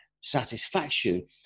satisfaction